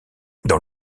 dans